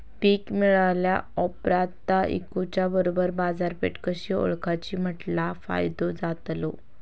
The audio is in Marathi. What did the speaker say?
पीक मिळाल्या ऑप्रात ता इकुच्या बरोबर बाजारपेठ कशी ओळखाची म्हटल्या फायदो जातलो?